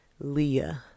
Leah